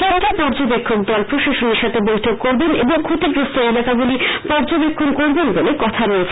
কেন্দ্রীয় পর্যবেষ্কক দল প্রশাসনের সাথে বৈঠক করবেন এবং ফ্ষতিগ্রস্থ এলাকাগুলি পর্যবেক্ষন করবেন বলে কথা রয়েছে